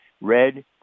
red